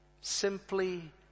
Simply